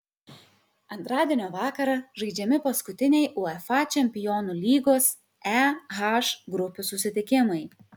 antradienio vakarą žaidžiami paskutiniai uefa čempionų lygos e h grupių susitikimai